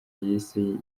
yise